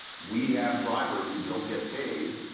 we have drivers who don't get paid,